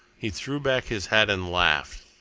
he threw back his head and laughed.